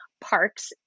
parks